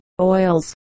oils